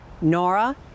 nora